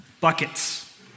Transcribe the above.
buckets